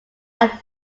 are